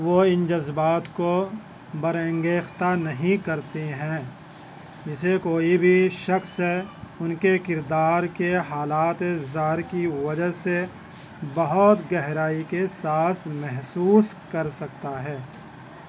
وہ ان جذبات کو برانگیختہ نہیں کرتے ہیں جسے کوئی بھی شخص ان کے کردار کے حالات زار کی وجہ سے بہت گہرائی کے ساس محسوس کر سکتا ہے